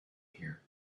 here